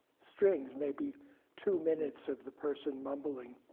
strings, maybe two minutes of the person mumbling